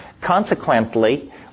consequently